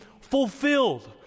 fulfilled